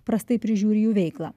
prastai prižiūri jų veiklą